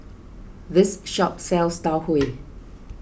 this shop sells Tau Huay